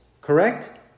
correct